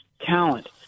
talent